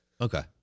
Okay